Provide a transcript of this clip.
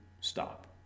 stop